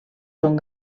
són